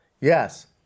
Yes